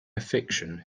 fiction